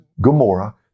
Gomorrah